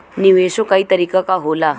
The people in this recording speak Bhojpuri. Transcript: निवेशो कई तरीके क होला